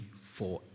forever